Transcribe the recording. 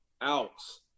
outs